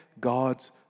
God's